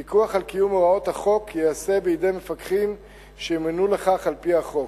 פיקוח על קיום הוראות החוק ייעשה בידי מפקחים שימונו לכך על-פי החוק.